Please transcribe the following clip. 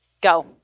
Go